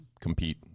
compete